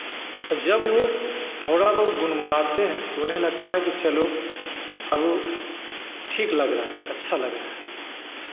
जब वो थोड़ा बहुत गुनगुनाते हैं तो उन्हें लगता है कि चलो अब ठीक लग रहा है अच्छा लग रहा है